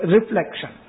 Reflection